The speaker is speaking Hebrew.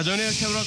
אדוני היושב-ראש,